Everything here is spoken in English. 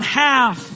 half